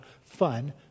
fun